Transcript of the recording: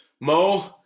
Mo